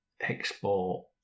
export